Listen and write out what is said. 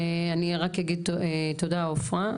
אני רק אגיד תודה עפרה,